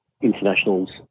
internationals